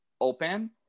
open